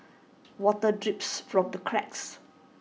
water drips from the cracks